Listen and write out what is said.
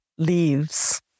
leaves